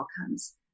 outcomes